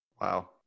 Wow